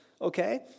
okay